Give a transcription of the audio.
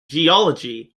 geology